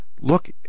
Look